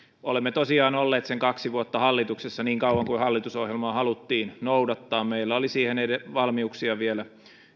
olemme tosiaan olleet sen kaksi vuotta hallituksessa niin kauan kuin hallitusohjelmaa haluttiin noudattaa meillä oli siihen valmiuksia vielä